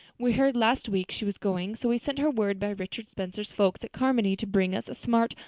we heard last week she was going, so we sent her word by richard spencer's folks at carmody to bring us a smart,